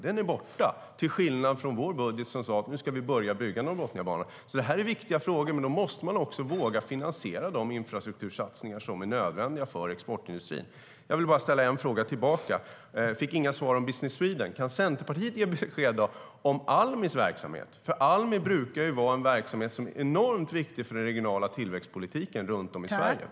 Den är borta, till skillnad från i vår budget, där vi sade: Nu ska vi börja bygga Norrbotniabanan.Jag vill bara ställa en fråga tillbaka. Jag fick inga svar om Business Sweden. Kan Centerpartiet ge besked om Almis verksamhet? Almi brukar ju vara en verksamhet som är enormt viktig för den regionala tillväxtpolitiken runt om i Sverige.